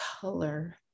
color